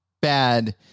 bad